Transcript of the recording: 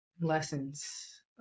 lessons